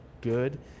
good